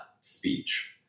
speech